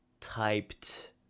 Typed